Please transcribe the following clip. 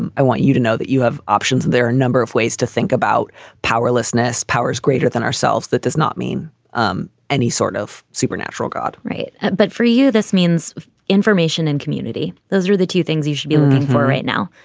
and i want you to know that you have options. there are a number of ways to think about powerlessness. powers greater than ourselves. that does not mean um any sort of supernatural god right. but for you, this means information and community. those are the two things you should be looking for right now.